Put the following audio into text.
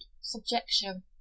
subjection